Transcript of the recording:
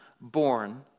born